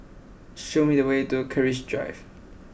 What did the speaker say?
show me the way to Keris Drive